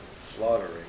slaughtering